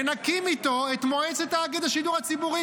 ונקים איתו את מועצת תאגיד השידור הציבורי,